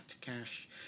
Cash